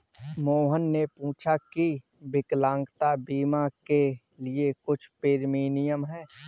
मोहन ने पूछा की विकलांगता बीमा के लिए क्या प्रीमियम है?